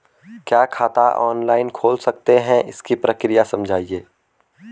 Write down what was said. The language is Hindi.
क्या खाता ऑनलाइन खोल सकते हैं इसकी प्रक्रिया समझाइए?